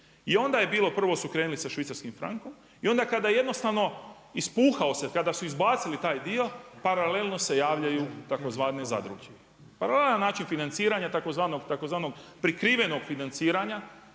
I onda je bilo prvo su krenuli sa švicarskim frankom. I onda kada jednostavno ispuhao se, kada su izbacili taj dio paralelno se javljaju tzv. zadruge. Paralelan način financiranja tzv. prikrivenog financiranja